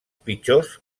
pitjors